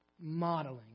modeling